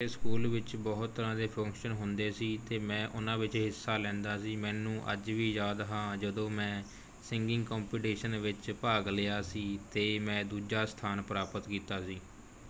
ਮੇਰੇ ਸਕੂਲ ਵਿੱਚ ਬਹੁਤ ਤਰ੍ਹਾਂ ਦੇ ਫੰਕਸ਼ਨ ਹੁੰਦੇ ਸੀ ਅਤੇ ਮੈਂ ਉਹਨਾਂ ਵਿੱਚ ਹਿੱਸਾ ਲੈਂਦਾ ਸੀ ਮੈਨੂੰ ਅੱਜ ਵੀ ਯਾਦ ਹਾਂ ਜਦੋਂ ਮੈਂ ਸਿੰਗਿੰਗ ਕੰਮਪੀਟੀਸ਼ਨ ਵਿੱਚ ਭਾਗ ਲਿਆ ਸੀ ਅਤੇ ਮੈਂ ਦੂਜਾ ਸਥਾਨ ਪ੍ਰਾਪਤ ਕੀਤਾ ਸੀ